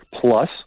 plus